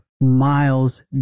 miles